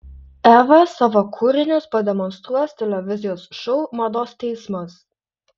eva savo kūrinius pademonstruos televizijos šou mados teismas